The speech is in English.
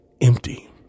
empty